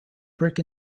brick